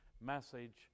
message